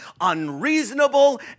unreasonable